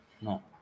No